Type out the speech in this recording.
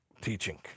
teaching